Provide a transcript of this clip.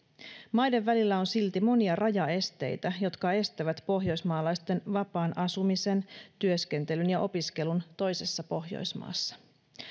maiden välillä on silti monia rajaesteitä jotka estävät pohjoismaalaisten vapaan asumisen työskentelyn ja opiskelun toisessa pohjoismaassa